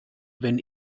wenn